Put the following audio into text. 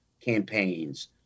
campaigns